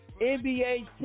NBA